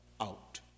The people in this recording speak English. out